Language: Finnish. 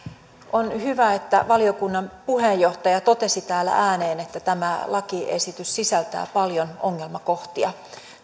on hyvä että valiokunnan puheenjohtaja totesi täällä ääneen että tämä lakiesitys sisältää paljon ongelmakohtia